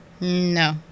No